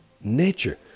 nature